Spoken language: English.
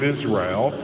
Israel